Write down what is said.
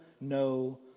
no